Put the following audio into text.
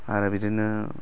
आरो बिदिनो